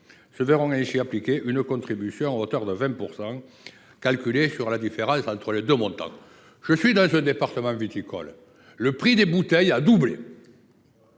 se verront ainsi appliquer une contribution à hauteur de 20 %, calculée sur la différence entre les deux montants. Je suis élu d’un département viticole. Le prix des bouteilles a doublé